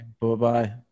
Bye-bye